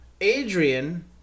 Adrian